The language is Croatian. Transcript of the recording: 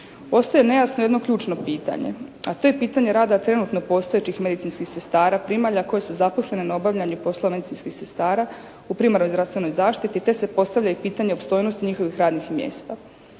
Ostaje nejasno jedno ključno pitanje, a to je pitanje rada trenutno postojećih medicinskih sestara primalja koje su zaposlene na obavljanju poslova medicinskih sestara u primarnoj zdravstvenoj zaštiti te se postavlja i pitanje opstojnosti njihovih radnih mjesta.